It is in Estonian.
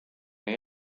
nii